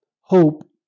hope